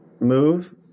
move